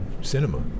cinema